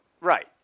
right